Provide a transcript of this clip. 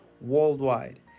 worldwide